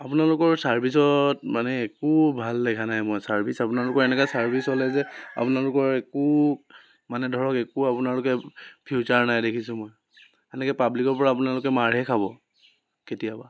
আপোনালোকৰ ছাৰ্ভিচত মানে একো ভাল দেখা নাই মই ছাৰ্ভিচ আপোনালোকৰ এনেকুৱা ছাৰ্ভিচ হ'লে যে আপোনালোকৰ একো মানে ধৰক একো আপোনালোকে ফিউচাৰ নাই দেখিছোঁ মই সেনেকৈ পাব্লিকৰ পৰা আপোনালোকে মাৰহে খাব কেতিয়াবা